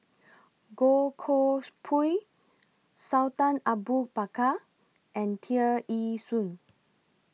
Goh Koh Pui Sultan Abu Bakar and Tear Ee Soon